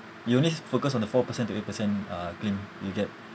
you only focus on the four percent to eight percent uh claim you get